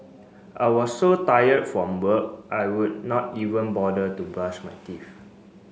I was so tired from work I would not even bother to brush my teeth